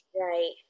right